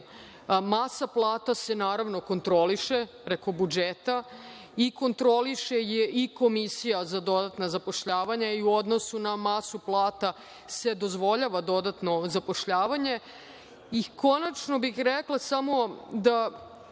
Masa plata se, naravno, kontroliše preko budžeta i kontroliše je i Komisija za dodatna zapošljavanja, i u odnosu na masu plata se dozvoljava dodatno zapošljavanje. Konačno, rekla bih samo,